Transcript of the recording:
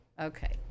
Okay